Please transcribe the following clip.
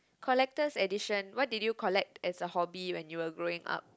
collector's edition what did you collect as a hobby when you were growing up